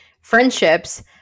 friendships